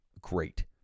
great